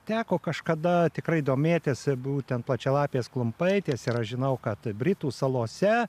teko kažkada tikrai domėtis būtent plačialapės klumpaitės ir aš žinau kad britų salose